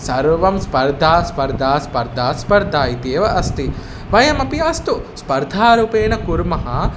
सर्वं स्पर्धा स्पर्धा स्पर्धा स्पर्धा इत्येव अस्ति वयमपि अस्तु स्पर्धारूपेण कुर्मः